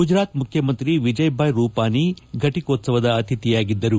ಗುಜರಾತ್ ಮುಖ್ಲಮಂತ್ರಿ ವಿಜಯ್ ಬಾಯ್ ರೂಪಾನಿ ಫಟಿಕೋತ್ಸವದ ಅತಿಥಿಯಾಗಿದ್ದರು